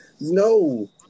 no